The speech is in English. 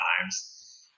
times